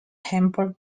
hampered